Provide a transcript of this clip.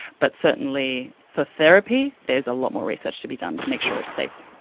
but certainly for therapy there's a lot more research to be done to make sure it's safe.